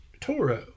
Toro